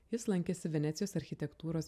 jis lankėsi venecijos architektūros